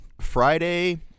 Friday